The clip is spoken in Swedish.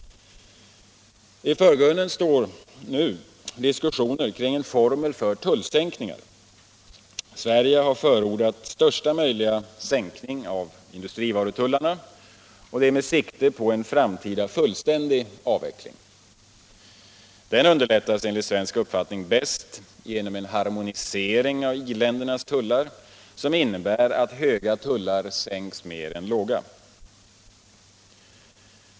I förgrunden står nu diskussioner kring en formel för tullsänkningar. Sverige har förordat största möjliga sänkning av industrivarutullarna med sikte på en framtida fullständig avveckling. Den underlättas enligt svensk uppfattning bäst genom en harmonisering av i-ländernas tullar, som innebär att höga tullar sänks mer än låga.